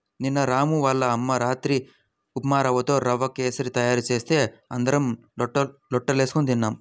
నిన్న రాము వాళ్ళ అమ్మ రాత్రి ఉప్మారవ్వతో రవ్వ కేశరి తయారు చేస్తే అందరం లొట్టలేస్కొని తిన్నాం